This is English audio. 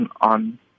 on